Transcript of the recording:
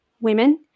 women